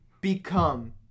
become